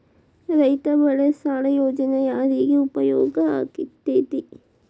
ರೈತ ಬೆಳೆ ಸಾಲ ಯೋಜನೆ ಯಾರಿಗೆ ಉಪಯೋಗ ಆಕ್ಕೆತಿ?